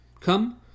Come